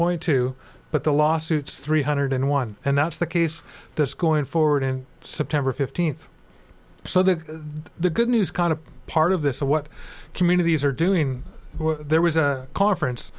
point two but the lawsuits three hundred and one and that's the case this going forward in september fifteenth so that the good news kind of part of this of what communities are doing well there was a conference